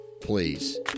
please